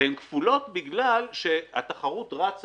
והן כפולות בגלל שהתחרות רצה,